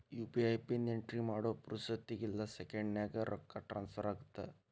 UPI pin entry ಮಾಡೋ ಪುರ್ಸೊತ್ತಿಗಿಲ್ಲ ಸೆಕೆಂಡ್ಸ್ನ್ಯಾಗ ರೊಕ್ಕ ಟ್ರಾನ್ಸ್ಫರ್ ಆಗತ್ತ